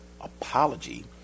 apology